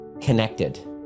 connected